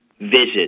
visit